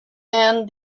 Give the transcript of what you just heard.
and